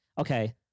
okay